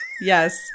Yes